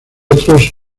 otros